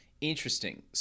Interesting